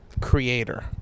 creator